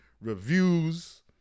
reviews